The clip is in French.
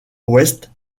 ouest